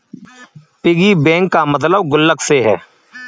piggy bank का मतलब गुल्लक से है